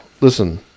Listen